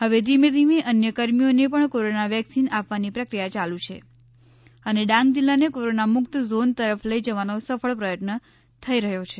હવે ધીમેધીમે અન્યકર્મીઓને પણ કોરોના વેક સિન આપવાની પ્રક્રિયા ચાલુ છે અને ડાંગ જિલ્લાને કોરોનામુક્ત ઝોન તરફ લઈ જવાનો સફળ પ્રયત્ન થઈ રહ્યો છે